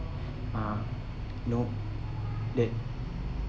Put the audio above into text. uh you know that